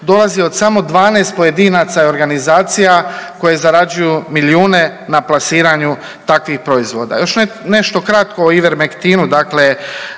dolazi od samo 12 pojedinaca i organizacija koje zarađuju milijune na plasiranju takvih proizvoda. Još nešto kratko i Ivermektinu dakle,